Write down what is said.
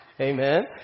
Amen